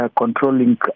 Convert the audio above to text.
controlling